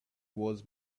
was